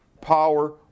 Power